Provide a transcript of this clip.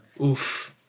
Oof